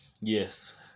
Yes